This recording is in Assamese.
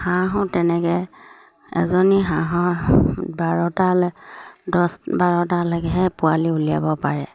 হাঁহো তেনেকৈ এজনী হাঁহৰ বাৰটালৈ দহ বাৰটালৈকেহে পোৱালি উলিয়াব পাৰে